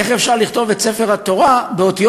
איך אפשר לכתוב את ספר התורה באותיות